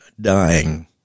dying